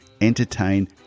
entertain